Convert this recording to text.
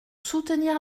soutenir